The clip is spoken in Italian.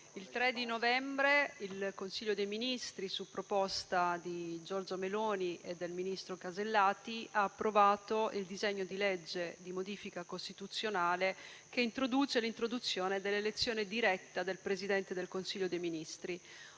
il 3 novembre il Consiglio dei ministri, su proposta di Giorgia Meloni e del ministro Alberti Casellati, ha approvato il disegno di legge di modifica costituzionale recante l'introduzione dell'elezione diretta del Presidente del Consiglio dei ministri.